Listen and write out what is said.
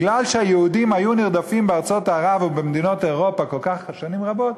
בגלל שהיהודים היו נרדפים בארצות ערב ובמדינות אירופה שנים רבות,